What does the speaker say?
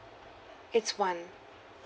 it's one